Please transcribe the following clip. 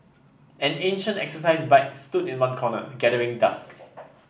an ancient exercise bike stood in one corner gathering dust